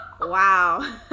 wow